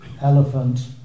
elephant